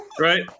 Right